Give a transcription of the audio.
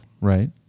Right